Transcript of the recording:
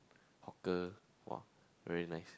the !wah! very nice